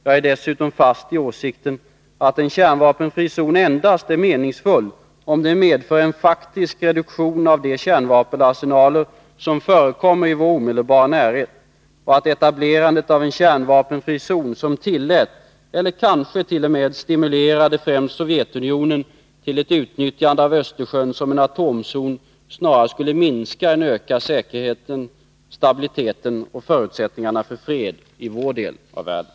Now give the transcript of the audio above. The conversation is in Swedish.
Jag är dessutom fast i åsikten, att en kärnvapenfri zon endast är meningsfull om den medför en faktisk reducering av de kärnvapenarsenaler som förekommer i vår omedelbara närhet, och att etablerandet av en kärnvapenfri zon som tillät eller kanske t.o.m. stimulerade främst Sovjetunionen till ett utnyttjande av Östersjön som en atomzon snarare skulle minska än öka säkerheten, stabiliteten och förutsättningarna för fred i vår del av världen.